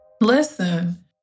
listen